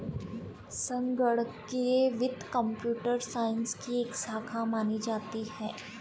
संगणकीय वित्त computer science की एक शाखा मानी जाती है